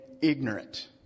ignorant